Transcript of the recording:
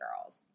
girls